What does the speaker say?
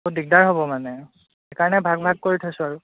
বৰ দিগদাৰ হ'ব মানে সেইকাৰণে ভাগ ভাগ কৰি থৈছোঁ আৰু